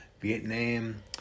Vietnam